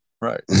right